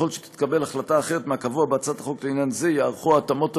וככל שתתקבל החלטה אחרת מהקבוע בהצעת החוק לעניין זה ייערכו ההתאמות